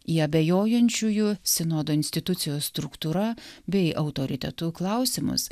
į abejojančiųjų sinodo institucijos struktūra bei autoritetu klausimus